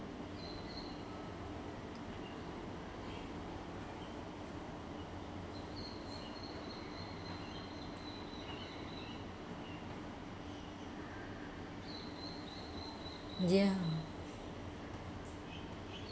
ya